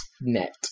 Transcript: net